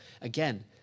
Again